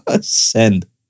Send